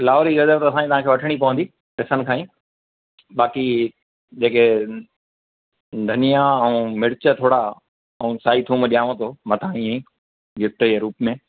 लाहौरी गजर त साईं तव्हांखे वठिणी पवंदी पैसनि खां ई बाक़ी जेके धनियां ऐं मिर्च थोरा ऐं साई थूम ॾियांव थो मथां हीअं ई गिफ़्ट जे रूप में